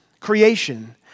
Creation